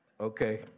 Okay